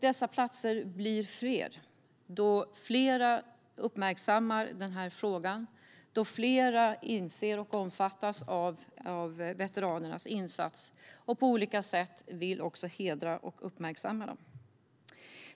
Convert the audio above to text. Dessa platser blir allt fler, då fler uppmärksammar, inser och omfattas av veteranernas insatser och på olika sätt vill hedra och uppmärksamma dem.